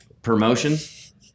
Promotion